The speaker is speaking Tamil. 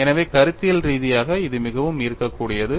எனவே கருத்தியல் ரீதியாக இது மிகவும் ஈர்க்கக்கூடியது